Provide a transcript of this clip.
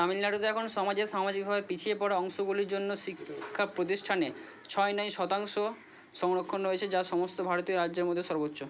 তামিলনাড়ুতে এখন সমাজের সামাজিকভাবে পিছিয়ে পড়া অংশগুলির জন্য শিক্ষা প্রতিষ্ঠানে ছয় নয় শতাংশ সংরক্ষণ রয়েছে যা সমস্ত ভারতীয় রাজ্যের মধ্যে সর্বোচ্চ